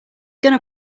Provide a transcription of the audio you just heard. gonna